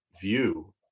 view